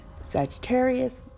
Sagittarius